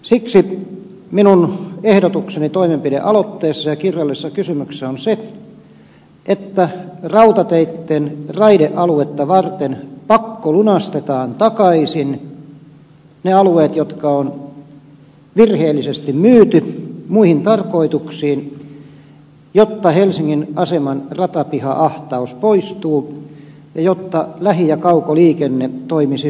siksi minun ehdotukseni toimenpidealoitteessa ja kirjallisessa kysymyksessä on se että rautateitten raidealuetta varten pakkolunastetaan takaisin ne alueet jotka on virheellisesti myyty muihin tarkoituksiin jotta helsingin aseman ratapiha ahtaus poistuisi ja jotta lähi ja kaukoliikenne toimisi sujuvammin